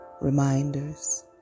Reminders